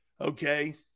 Okay